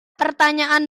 pertanyaan